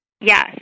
Yes